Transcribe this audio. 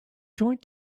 joint